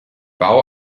bau